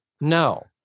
No